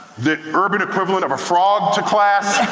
the urban equivalent of a frog to class.